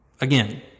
again